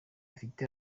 afite